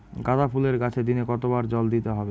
গাদা ফুলের গাছে দিনে কতবার জল দিতে হবে?